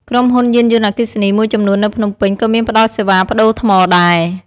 ក្រុមហ៊ុនយានយន្តអគ្គីសនីមួយចំនួននៅភ្នំពេញ ក៏មានផ្តល់សេវាប្ដូរថ្មដែរ។